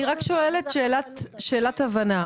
אני רק שואלת שאלת הבנה.